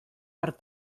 per